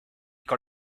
con